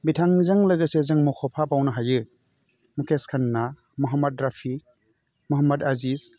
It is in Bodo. बिथांजों लोगोसे जों मख'फाबावनो हायो मुकेश खन्ना महम्मद राफि महम्मद आजिस